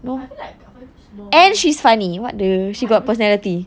but I feel like she's more